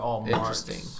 interesting